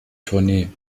tournee